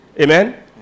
Amen